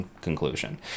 conclusion